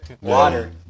Water